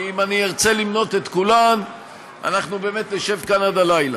כי אם אני ארצה למנות את כולם אנחנו באמת נשב כאן עד הלילה: